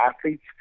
athletes